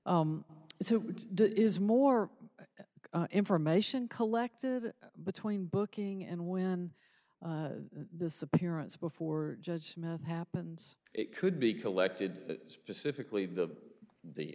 which is more information collected between booking and when this appearance before judge smith happens it could be collected specifically the